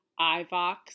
iVox